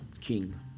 king